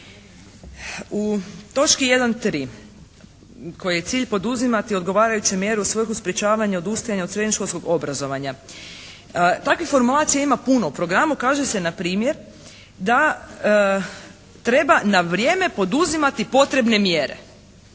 U točki 1.3. kojoj je cilj poduzimati odgovarajuće mjere u svrhu sprečavanja odustajanja od srednješkolskog obrazovanja. Takvih formulacija ima puno u programu. Kaže se na primjer da treba na vrijeme poduzimati potrebne mjere.